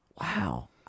Wow